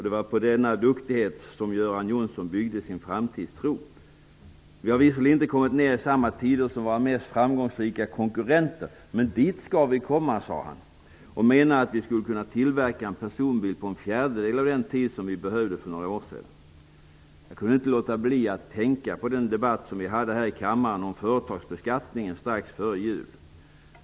Det var på denna duktighet som Göran Johnsson byggde sin framtidstro. Han sade att vi visserligen inte har kommit ned i samma tider som våra mesta framgångsrika konkurrenter, men att vi skall komma dit. Han menade att vi skulle kunna tillverka en personbil på en fjärdedel av den tid som vi behövde för några år sedan. Jag kunde inte låta bli att tänka på den debatt som vi hade här i kammaren om företagsbeskattningen strax före jul.